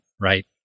right